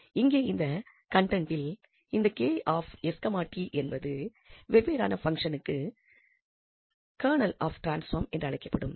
இங்கே இந்த கண்டெண்டில் இந்த என்பது வெவ்வேறான பங்சனுக்கு கெர்னல் ஆஃப் டிரான்ஸ்ஃபாம் என்றழைக்கப்படும்